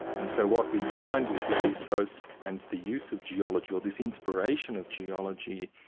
and so what we find with levi-strauss and the use of geology, or this inspiration of geology,